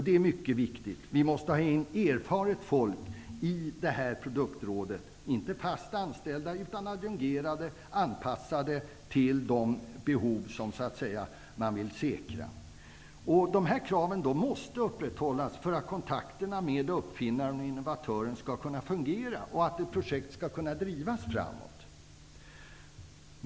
Det är mycket viktigt, eftersom vi måste ha erfarna människor i produktråden -- inte fast anställda utan adjungerade, som passar för de behov som man vill säkra. Dessa krav måste upprätthållas för att kontakterna med uppfinnaren och innovatören skall kunna fungera och för att projekt skall kunna drivas framåt.